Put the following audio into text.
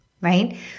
Right